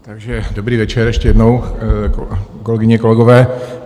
Takže dobrý večer ještě jednou, kolegyně, kolegové.